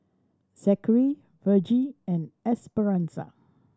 Zackery Vergie and Esperanza